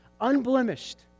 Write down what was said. unblemished